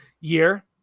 year